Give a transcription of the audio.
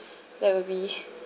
that will be